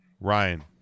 Ryan